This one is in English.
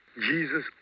Jesus